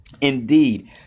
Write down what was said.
Indeed